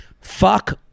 fuck